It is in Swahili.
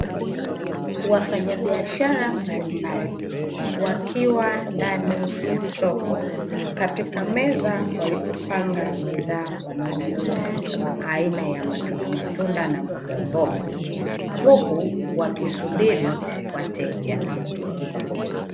Wafanyabiashara mbalimbali, wakiwa ndani ya soko katika meza walipopanga bidhaa wanazouza aina ya matundamatunda na mbogamboga, huku wakisubiri wateja.